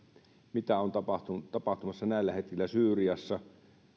mitä on tapahtumassa näillä hetkillä syyriassa